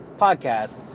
podcasts